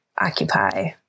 occupy